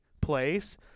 place